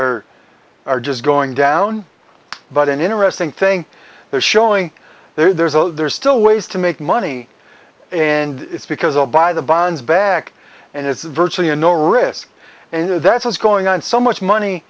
are just going down but an interesting thing they're showing there's a there's still ways to make money and it's because oh by the bonds back and it's virtually a no risk and that's what's going on so much money